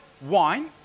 wine